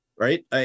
right